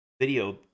video